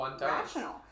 rational